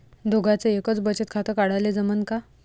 दोघाच एकच बचत खातं काढाले जमनं का?